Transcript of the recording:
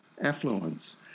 affluence